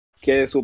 que